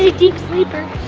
ah deep sleeper.